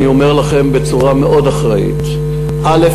אני אומר לכם בצורה מאוד אחראית: א.